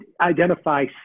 identify